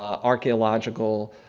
um archeological,